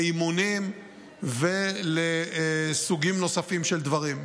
לאימונים ולסוגים נוספים של דברים.